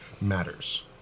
matters